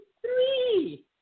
three